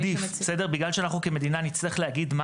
בגלל שאנחנו כמדינה נצטרך להגיד מה